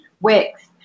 Wix